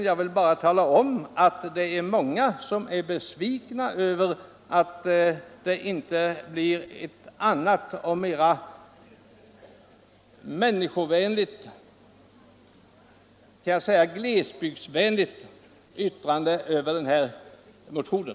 Jag ville bara tala om att många är besvikna över att det inte blir ett annat, ett mera människovänligt och glesbygdsvänligt yttrande över vår motion.